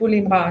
טיפול נמרץ,